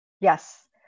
Yes